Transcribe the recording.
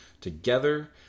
Together